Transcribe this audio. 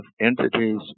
entities